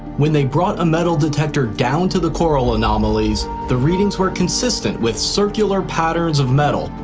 when they brought a metal detector down to the coral anomalies, the readings were consistent with circular patterns of metal,